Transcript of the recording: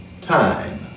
time